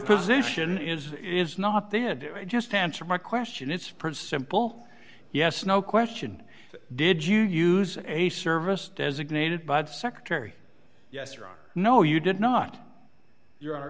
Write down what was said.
position is is not then just answer my question it's pretty simple yes no question did you use a service designated by the secretary yes or on no you did not you